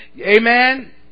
Amen